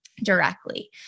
directly